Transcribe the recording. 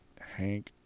Hank